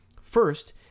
first